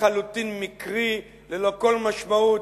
לחלוטין מקרי, ללא כל משמעות,